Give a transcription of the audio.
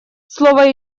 слово